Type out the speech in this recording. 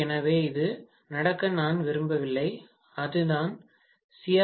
எனவே அது நடக்க நான் விரும்பவில்லை அதுதான் சி